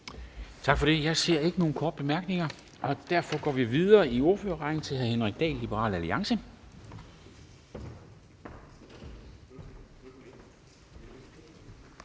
Tak for det. Jeg ser ikke noget ønske om korte bemærkninger, og derfor går vi videre i ordførerrækken til hr. Henrik Dahl, Liberal Alliance.